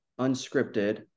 unscripted